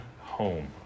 home